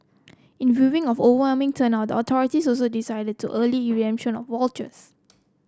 in viewing of overwhelming turnout the authorities also decided to early of vouchers